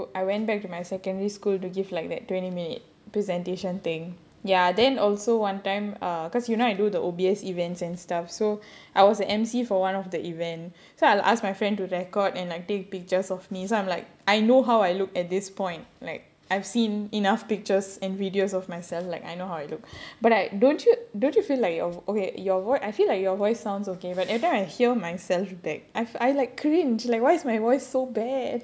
oh my god like you know how I told you I go I went back to my secondary school to give like that twenty minute presentation thing ya then also one time err because you know do the O_B_S events and stuff so I was the emcee for one of the event so I'll ask my friend to record and like take pictures of me so I'm like I know how I look at this point like I've seen enough pictures and videos of myself like I know how I look but like don't you don't you feel like your v~ okay your vo~ I feel like your voice sounds okay but everytime I hear myself back I've I like cringe like why is my voice so bad